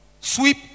sweep